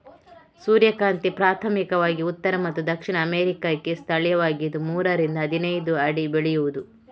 ಸೂರ್ಯಕಾಂತಿ ಪ್ರಾಥಮಿಕವಾಗಿ ಉತ್ತರ ಮತ್ತು ದಕ್ಷಿಣ ಅಮೇರಿಕಾಕ್ಕೆ ಸ್ಥಳೀಯವಾಗಿದ್ದು ಮೂರರಿಂದ ಹದಿನೈದು ಅಡಿ ಬೆಳೆಯುವುದು